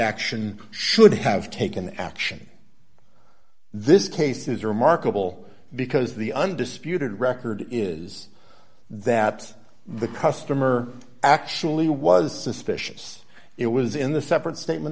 action should have taken action this case is remarkable because the undisputed record is that the customer actually was suspicious it was in the separate statement